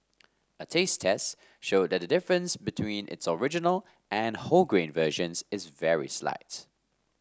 a taste test showed that the difference between its original and wholegrain versions is very slight